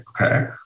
okay